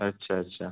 अच्छा अच्छा